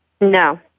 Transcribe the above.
No